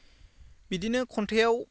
बिदिनो खन्थाइआव